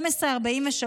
12:43,